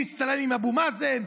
מי יצטלם עם אבו מאזן.